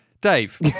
Dave